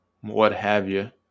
what-have-you